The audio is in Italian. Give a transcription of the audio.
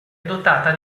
dotata